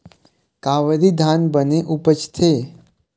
कावेरी धान बने उपजथे?